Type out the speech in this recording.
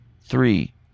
three